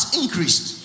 increased